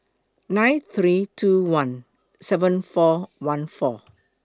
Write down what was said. nine three two one seven four one four